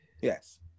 Yes